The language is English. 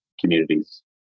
communities